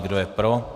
Kdo je pro?